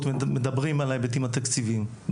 והם מדברים ביניהם על ההיבטים התקציביים.